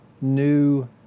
new